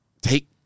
take